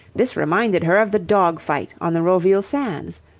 this reminded her of the dog-fight on the roville sands.